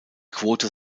quote